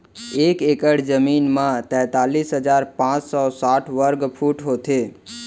एक एकड़ जमीन मा तैतलीस हजार पाँच सौ साठ वर्ग फुट होथे